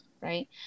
right